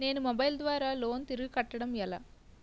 నేను మొబైల్ ద్వారా లోన్ తిరిగి కట్టడం ఎలా?